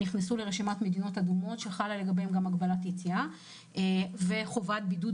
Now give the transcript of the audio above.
נכנסו לרשימת מדינות אדומות שגם חלה עליהן הגבלת יציאה וחובת בידוד,